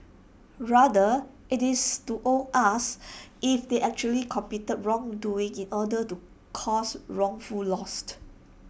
rather IT is to all us if they actually committed wrongdoing in order to cause wrongful lost